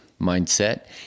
mindset